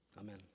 amen